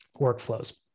workflows